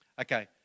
Okay